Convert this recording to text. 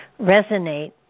resonate